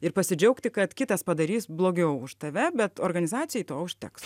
ir pasidžiaugti kad kitas padarys blogiau už tave bet organizacijai to užteks